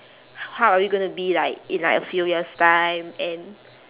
h~ how are we gonna be like in like a few years' time and